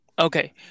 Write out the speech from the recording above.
Okay